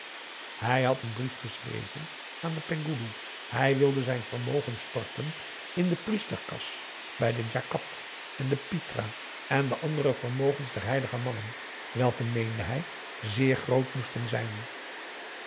hij had een brief geschreven aan den penghoeloe hij wilde zijn vermogen storten in de priesterkas bij de djakat en de pitra en de andere vermogens der heilige mannen welke meende hij zeer groot moesten zijn